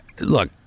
look